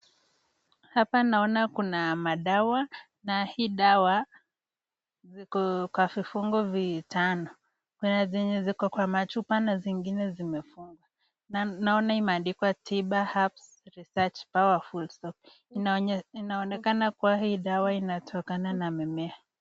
Hapa naona kuna madawa na hii dawa ziko kwa vifungo vitano, kuna zenye ziko kwa machupa na zingine zenye zimefungwa. Naona imeandikwa Tiba Herbs Research Powerful Soap [ cs]. Inaonekana kuwa hii dawa inatokana na mimea.